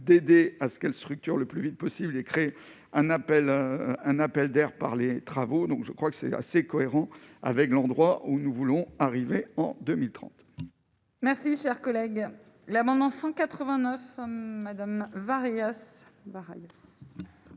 d'aider à ce qu'elle structure le plus vite possible et créer un appel, un appel d'air par les travaux, donc je crois que c'est assez cohérent avec l'endroit où nous voulons arriver en 2003. Merci, cher collègue, l'amendement 189 madame.